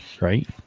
right